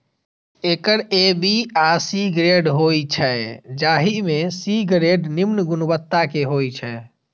acre A, B आ C grade होइ छै, जाहि मे सी ग्रेड निम्न गुणवत्ता के होइ छै